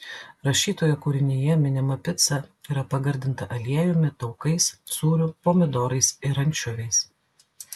rašytojo kūrinyje minima pica yra pagardinta aliejumi taukais sūriu pomidorais ir ančiuviais